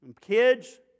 Kids